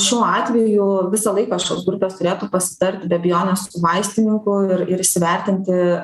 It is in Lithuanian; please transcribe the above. šiuo atveju visą laiką šios grupės turėtų pasitarti be abejonės su vaistininku ir ir įsivertinti